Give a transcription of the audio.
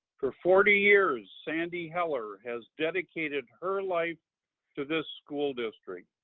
for forty years, sandy heller has dedicated her life to this school district.